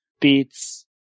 beats